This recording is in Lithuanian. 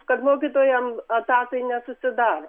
kad mokytojam etatai nesusidaro